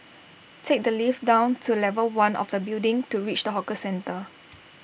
take the lift down to level one of the building to reach the hawker centre